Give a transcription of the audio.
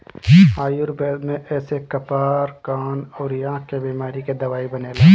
आयुर्वेद में एसे कपार, कान अउरी आंख के बेमारी के दवाई बनेला